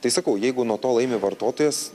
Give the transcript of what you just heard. tai sakau jeigu nuo to laimi vartotojas